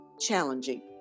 challenging